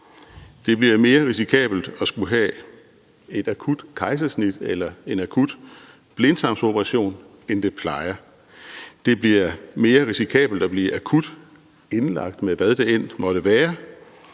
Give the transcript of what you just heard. Det bliver mere risikabelt at skulle have et akut kejsersnit eller en akut blindtarmsoperation, end det plejer. Det bliver mere risikabelt at blive akut indlagt med, hvad det end måtte være.